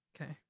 Okay